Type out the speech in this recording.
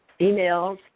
emails